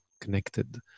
connected